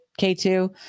K2